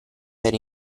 per